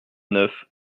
neuf